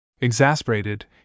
Exasperated